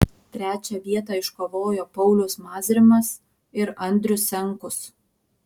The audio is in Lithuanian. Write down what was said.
trečią vietą iškovojo paulius mazrimas ir andrius senkus